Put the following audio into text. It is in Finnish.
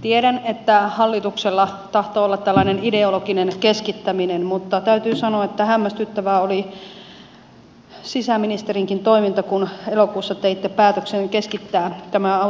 tiedän että hallituksella tahtoo olla tällainen ideologinen keskittäminen mutta täytyy sanoa että hämmästyttävää oli sisäministerinkin toiminta kun elokuussa teitte päätöksen keskittää tämän